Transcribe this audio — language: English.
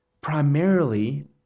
primarily